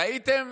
טעיתם,